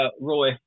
Roy